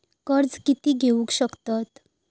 कर्ज कीती घेऊ शकतत?